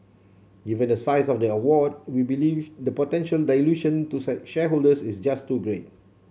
given the size of the award we believe the potential dilution to shareholders is just too great